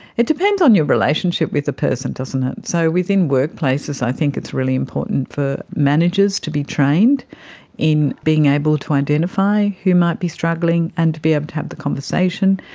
it depends on your relationship with the person, doesn't it. so within workplaces i think it's really important for managers to be trained in being able to identify who might be struggling and to be able um to have the conversation.